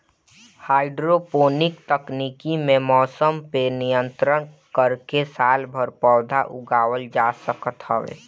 hydroponic तकनीकी में मौसम पअ नियंत्रण करके सालभर पौधा उगावल जा सकत हवे